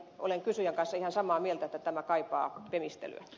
olen kysyjän kanssa ihan samaa mieltä että tämä kaipaa pemistelyä